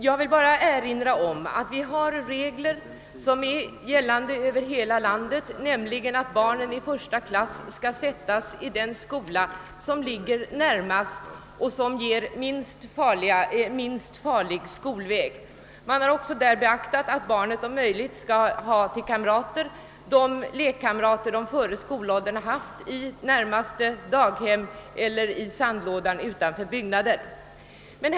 Jag vill erinra om att vi har regler, som gäller över hela landet, att barnen i första klass skall sättas i den skola som ligger närmast eller som innebär minst farlig skolväg. Man har också där beaktat att barnet om möjligt skall få till kamrater de lekkamrater det före skolåldern har haft i närmaste daghem eller i sandlådan utanför bostaden.